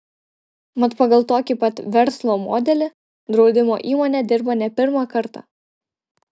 mat pagal tokį pat verslo modelį draudimo įmonė dirba ne pirmą kartą